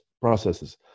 processes